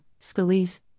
Scalise